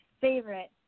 favorite